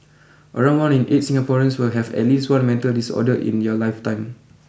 around one in eight Singaporeans will have at least one mental disorder in their lifetime